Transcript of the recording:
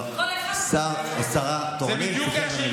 לא, שר או שרה תורנים צריכים להיות במליאה.